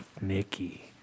Nikki